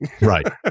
Right